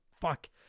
Fuck